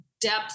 depth